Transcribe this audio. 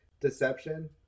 Deception